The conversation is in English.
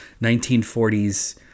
1940s